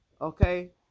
Okay